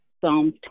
Psalm